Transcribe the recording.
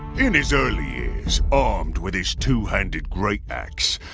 in his early years, armed with his two-handed great axe,